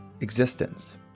existence